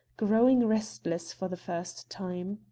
growing restless for the first time.